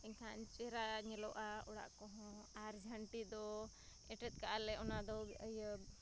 ᱮᱱᱠᱷᱟᱱ ᱪᱮᱦᱨᱟ ᱧᱮᱞᱚᱜᱼᱟ ᱚᱲᱟᱜᱠᱚᱦᱚᱸ ᱟᱨ ᱡᱟᱹᱱᱴᱤᱫᱚ ᱮᱴᱮᱫᱠᱟᱜᱼᱟᱞᱮ ᱚᱱᱟᱫᱚ ᱤᱭᱟᱹ